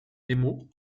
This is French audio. nemo